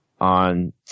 on